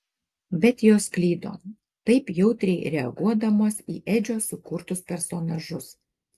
bet jos klydo taip jautriai reaguodamos į edžio sukurtus personažus